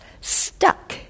stuck